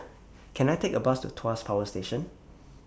Can I Take A Bus to Tuas Power Station